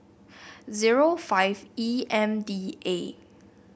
zero five E M D A